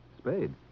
Spade